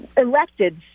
elected